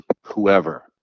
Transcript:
whoever